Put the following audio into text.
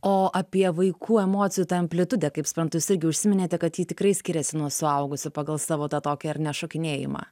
o apie vaikų emocijų tą amplitudę kaip suprantu jūs irgi užsiminėte kad ji tikrai skiriasi nuo suaugusio pagal savo tą tokį ar ne šokinėjimą